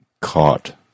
caught